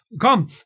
Come